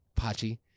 Pachi